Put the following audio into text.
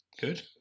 good